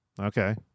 Okay